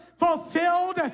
Fulfilled